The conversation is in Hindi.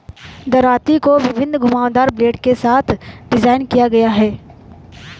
दरांती को विभिन्न घुमावदार ब्लेड के साथ डिज़ाइन किया गया है